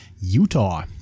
Utah